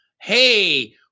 hey